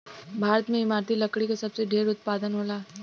भारत में इमारती लकड़ी क सबसे ढेर उत्पादन होला